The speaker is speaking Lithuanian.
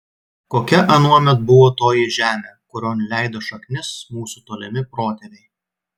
kokia anuomet buvo toji žemė kurion leido šaknis mūsų tolimi protėviai